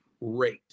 rate